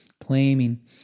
claiming